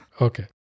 Okay